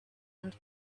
and